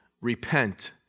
Repent